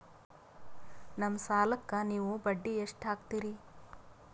ನಮ್ಮ ಸಾಲಕ್ಕ ನೀವು ಬಡ್ಡಿ ಎಷ್ಟು ಹಾಕ್ತಿರಿ?